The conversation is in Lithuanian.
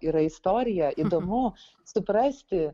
yra istorija įdomu suprasti